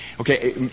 okay